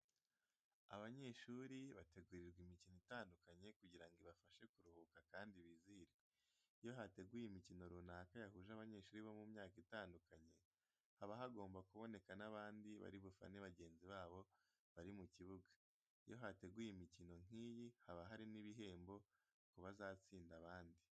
Abanyeshuri bategurirwa imikino itandukanye kugira ngo ibafashe kuruhuka kandi bizihirwe. Iyo hateguwe imikino runaka yahuje abanyeshuri bo mu myaka itandukanye, haba hagomba kuboneka n'abandi bari bufane bagenzi babo bari mu kibuga. Iyo hateguwe imikino nk'iyi haba hari n'ibihembo ku bazatsinda abandi.